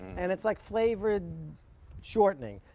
and it's like flavored shortening.